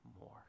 more